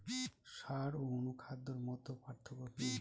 সার ও অনুখাদ্যের মধ্যে পার্থক্য কি?